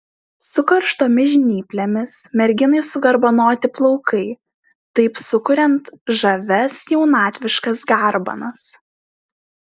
su karštomis žnyplėmis merginai sugarbanoti plaukai taip sukuriant žavias jaunatviškas garbanas